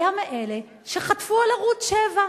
היה מאלה ש"חטפו" על ערוץ-7.